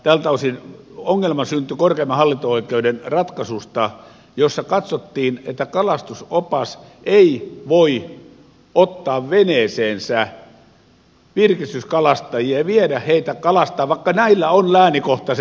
tältä osin ongelma syntyi korkeimman hallinto oikeuden ratkaisusta jossa katsottiin että kalastusopas ei voi ottaa veneeseensä virkistyskalastajia ja viedä heitä kalastamaan vaikka näillä olisi läänikohtaiset viehekortit